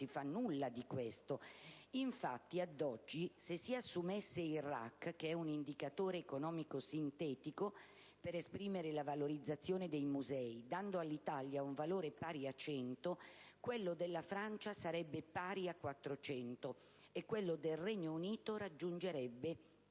non si fa nulla di questo. Infatti, ad oggi, se si assumesse il RAC, che è un indicatore economico sintetico, per esprimere la valorizzazione dei musei, dando all'Italia un valore pari a 100, quello della Francia sarebbe pari a 400 e quello del Regno Unito raggiungerebbe i 600.